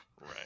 right